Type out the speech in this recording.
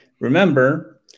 remember